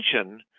attention